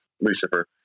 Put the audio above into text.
Lucifer